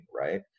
right